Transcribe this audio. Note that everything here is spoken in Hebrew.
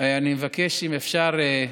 אני מבקש, אם אפשר,